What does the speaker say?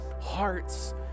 hearts